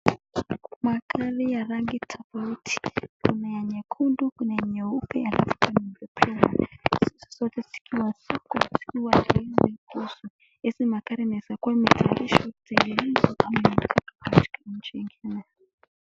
Kuna magari ya rangi tofauti. Kuna ya nyekundu, kuna nyeupe alafu kuna nyeupe. Zote zikiwa sokoni zikiwa tayari kuuzwa. Hizi magari ni za kupelekwa nje ya nchi kutengenezwa ama kuwekwa katika nchi nyingine.